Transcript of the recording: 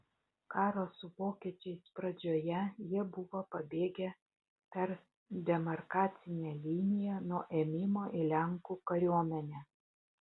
karo su vokiečiais pradžioje jie buvo pabėgę per demarkacinę liniją nuo ėmimo į lenkų kariuomenę